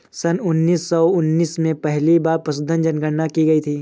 सन उन्नीस सौ उन्नीस में पहली बार पशुधन जनगणना की गई थी